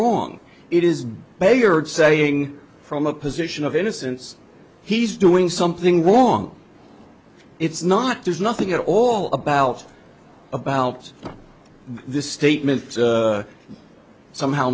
wrong it is bayard saying from a position of innocence he's doing something wrong it's not there's nothing at all about about this statement somehow